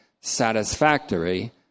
satisfactory